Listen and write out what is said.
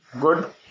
good